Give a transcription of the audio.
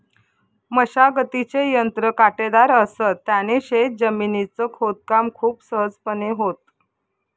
मशागतीचे यंत्र काटेदार असत, त्याने शेत जमिनीच खोदकाम खूप सहजपणे होतं